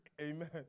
Amen